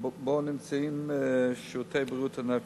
שבו נמצאים שירותי בריאות הנפש.